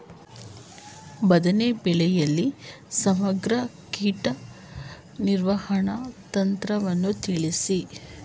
ಬದನೆ ಬೆಳೆಯಲ್ಲಿ ಸಮಗ್ರ ಕೀಟ ನಿರ್ವಹಣಾ ತಂತ್ರವನ್ನು ತಿಳಿಸಿ?